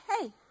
hey